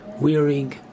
wearing